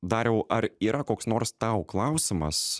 dariau ar yra koks nors tau klausimas